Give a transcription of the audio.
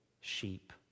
sheep